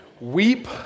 Weep